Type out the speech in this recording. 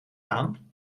aan